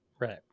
Right